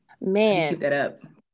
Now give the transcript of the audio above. Man